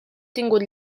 tingut